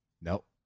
Nope